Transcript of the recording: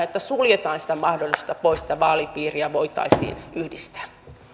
että suljetaan sitä mahdollisuutta pois että vaalipiirejä voitaisiin yhdistää